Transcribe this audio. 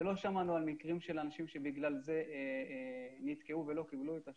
ולא שמענו על מקרים של אנשים שבגלל זה נתקעו ולא קיבלו את השירות.